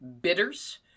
bitters